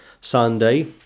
Sunday